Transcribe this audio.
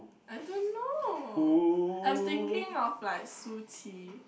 I don't know I'm thinking of like Shu-Qi